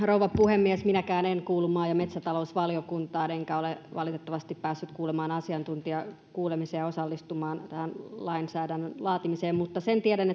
rouva puhemies minäkään en kuulu maa ja metsätalousvaliokuntaan enkä ole valitettavasti päässyt kuulemaan asiantuntijakuulemisia ja osallistumaan tähän lainsäädännön laatimiseen mutta sen tiedän